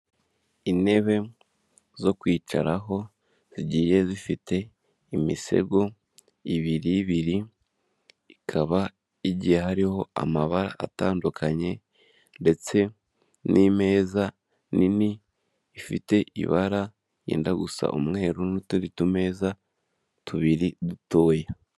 Intebe zo kwicaraho zigiye zifite imisego ibiribiri ikaba igiye hariho amabara atandukanye ndetse nmeza nini ifite ibara ryenda gusa umweru n'uturi tumeza tubiri dutoya.